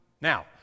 Now